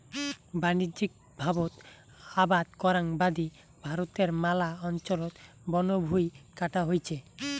বাণিজ্যিকভাবত আবাদ করাং বাদি ভারতর ম্যালা অঞ্চলত বনভুঁই কাটা হইছে